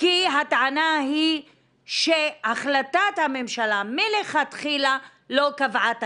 כי הטענה היא שהחלטת הממשלה מלכתחילה לא קבעה תקציב.